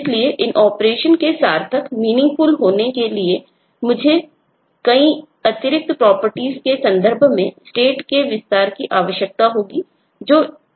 इसलिए इन ऑपरेशन के पास होनी चाहिए